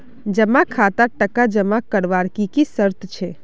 जमा खातात टका जमा करवार की की शर्त छे?